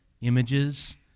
Images